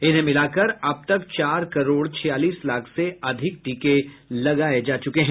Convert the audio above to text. इन्हें मिलाकर अब तक चार करोड़ छियालीस लाख से अधिक टीके लगाए जा चुके हैं